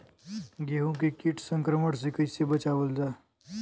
गेहूँ के कीट संक्रमण से कइसे बचावल जा?